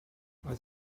oedd